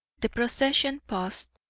the procession paused,